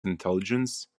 intelligence